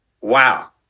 wow